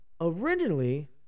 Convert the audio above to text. Originally